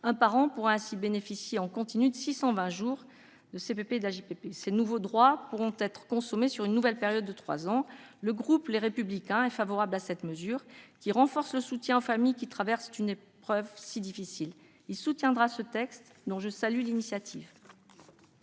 Un parent pourra ainsi bénéficier en continu de 620 jours de CPP et d'AJPP. Ces nouveaux droits pourront être consommés au cours d'une nouvelle période de trois ans. Le groupe Les Républicains est favorable à cette mesure, qui renforce le soutien aux familles qui traversent une épreuve si difficile. Il soutiendra ce texte, dont je salue l'initiative.